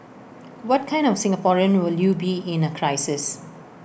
what kind of Singaporean will you be in A crisis